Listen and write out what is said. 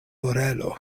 orelo